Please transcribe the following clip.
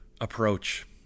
Approach